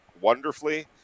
wonderfully